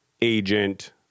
agent